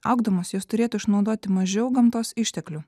augdamos jos turėtų išnaudoti mažiau gamtos išteklių